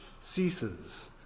ceases